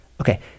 Okay